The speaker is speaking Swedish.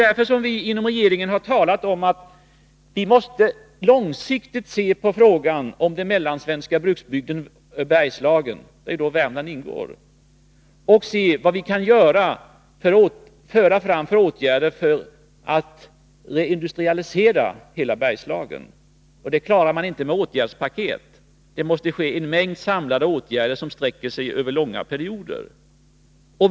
Därför har vi inom regeringen talat om behovet av att vidta långsiktiga åtgärder för att reindustrialisera hela Bergslagen inkl. Värmland. Det klarar man inte med åtgärdspaket. En mängd samlade åtgärder som sträcker sig över långa perioder måste genomföras.